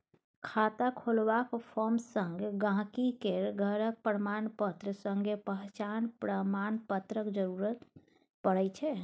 खाता खोलबाक फार्म संग गांहिकी केर घरक प्रमाणपत्र संगे पहचान प्रमाण पत्रक जरुरत परै छै